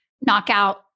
knockout